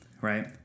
right